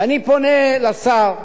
ואני פונה לשר,